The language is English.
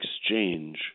exchange